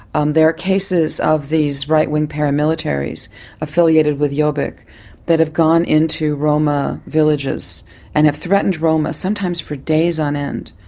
um there are cases of these right-wing paramilitaries affiliated with jobbik that have gone into roma villages and have threatened roma, sometimes for days on end,